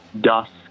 dusk